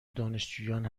دانشجویان